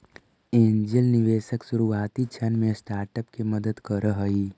angel निवेशक शुरुआती क्षण में स्टार्टअप के मदद करऽ हइ